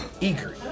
eager